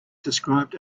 described